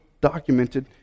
documented